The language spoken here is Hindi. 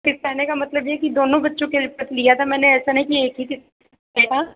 कि कहने का मतलब ये कि दोनों बच्चों के प्रति लिया था मैंने ऐसा नहीं कि एक ही के प्रति लिया था